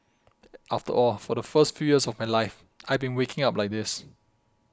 after all for the first few years of my life I'd been walking like this